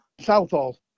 Southall